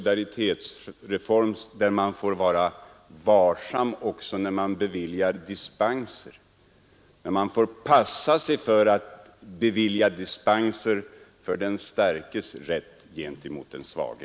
Därför får man vara varsam också när man beviljar dispenser. Man får akta sig för att bevilja dispenser för den starkares rätt gentemot den svage.